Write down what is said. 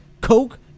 coke